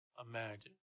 imagine